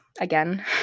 again